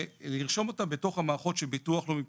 של לרשום אותם בתוך המערכות של ביטוח לאומי,